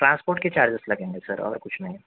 transport کے charges لگیں گے سر اور کچھ نہیں